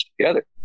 together